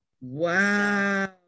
Wow